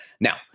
now